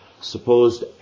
supposed